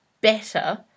better